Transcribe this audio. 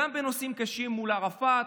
גם בנושאים קשים מול ערפאת.